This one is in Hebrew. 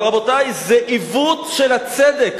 אבל, רבותי, זה עיוות של הצדק.